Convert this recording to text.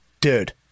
dude